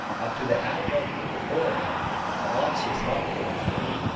up to the advent of the foreigner an ox was not killed for meat.